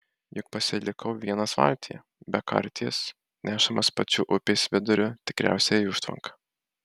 juk pasilikau vienas valtyje be karties nešamas pačiu upės viduriu tikriausiai į užtvanką